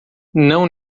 não